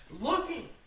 Looking